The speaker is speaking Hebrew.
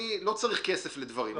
אני לא צריך כסף לדברים,